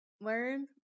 Learn